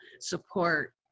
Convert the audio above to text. support